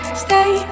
stay